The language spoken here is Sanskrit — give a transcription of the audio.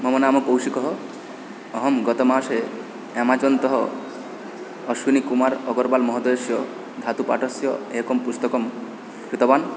मम नाम कौशिकः अहं गतमासे अमेज़ान् तः अश्विनीकुमार् अगर्वाल्महोदयस्य धातुपाठस्य एकं पुस्तकं क्रीतवान्